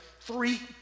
three